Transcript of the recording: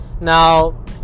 Now